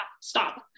stop